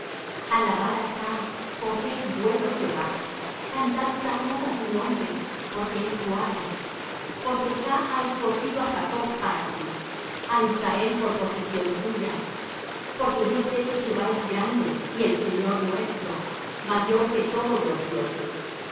alabad á jah porque es bueno jehová cantad salmos á su nombre porque es suave porque jah ha escogido á jacob para sí a israel por posesión suya porque yo se que jehová es grande y el señor nuestro mayor que todos los dioses